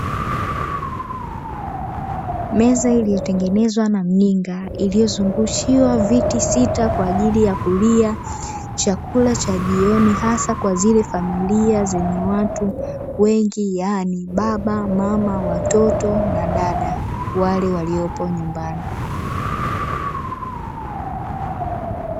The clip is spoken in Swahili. Meza ilioyotengenezwa na mninga iliyozungushiwa viti sita kwa ajili ya kulia chakula cha jioni hasa kwa zile familia zenye watu wengi yaani baba, mama, watoto na dada wale waliopo nyumbani.